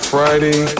Friday